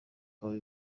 aba